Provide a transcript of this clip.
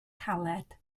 caled